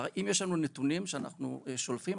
אם יש לנו נתונים שאנחנו שולפים,